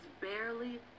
barely